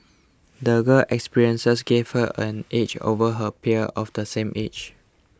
the girl experiences gave her an edge over her peers of the same age